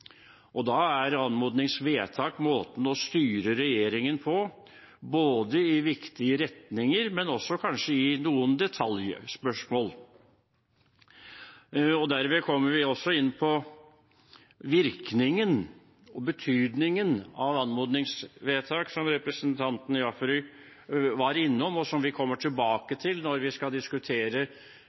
og da er anmodningsvedtak måten å styre regjeringen på i viktige retninger, men kanskje også i noen detaljspørsmål. Derved kommer vi også inn på virkningen og betydningen av anmodningsvedtak, som representanten Jaffery var innom, som vi kommer tilbake til når vi skal diskutere